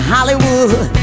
Hollywood